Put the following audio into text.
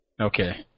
Okay